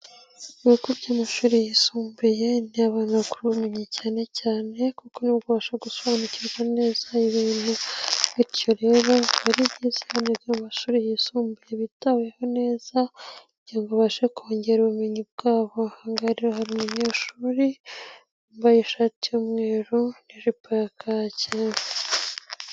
Ibigo by'amashuri yisumbuye yibanda ku bumenyi cyane cyane kuko nibwo ubasha gusobanukirwa neza ibintu bityo rero akaba ari byiza mu mashuri yisumbuye bitaweho neza kugira babashe kongera ubumenyi bwabo aha ngaha rero hari umunyeshuri wambaye ishati y'umweru n'ijipo ya kaki.